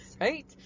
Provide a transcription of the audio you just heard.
Right